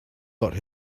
got